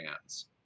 hands